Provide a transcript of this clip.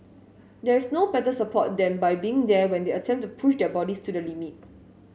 there's no better support than by being there when they attempt to push their bodies to the limit